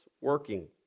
working